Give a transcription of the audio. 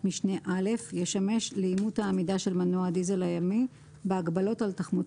לעשיית שימוש בשיטה מאושרת להגבלת פליטה